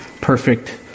perfect